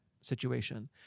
situation